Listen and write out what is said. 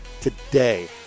today